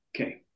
Okay